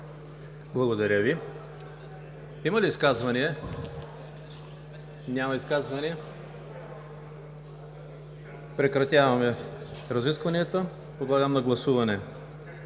ЕМИЛ ХРИСТОВ: Има ли изказвания? Няма изказвания. Прекратявам разискванията. Подлагам на гласуване